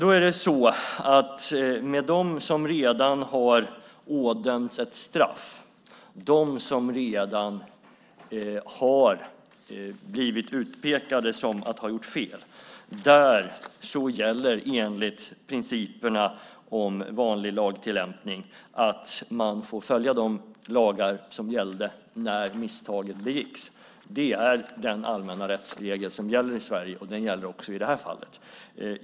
För dem som redan har ådömts ett straff, som redan har blivit utpekade för att ha gjort fel, gäller principerna om vanlig lagtillämpning, det vill säga att man får följa de lagar som gällde när misstaget begicks. Det är den allmänna rättsregel som gäller i Sverige, och den gäller också i det här fallet.